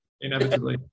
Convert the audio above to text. inevitably